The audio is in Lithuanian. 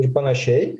ir panašiai